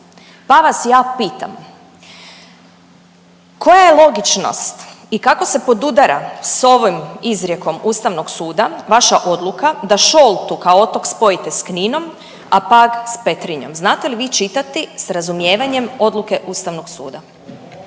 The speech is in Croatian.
pa vas ja pitam, koja je logičnost i kako se podudara s ovom izrijekom Ustavnog suda vaša odluka da Šoltu kao otok spojite s Kninom, a Pag s Petrinjom? Znate li vi čitati s razumijevanjem odluke Ustavnog suda?